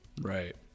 Right